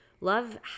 Love